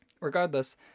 Regardless